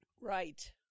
Right